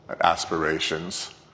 aspirations